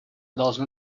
должны